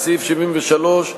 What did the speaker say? סעיף 73,